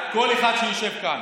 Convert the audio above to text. מכל אחד שיושב כאן: